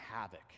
havoc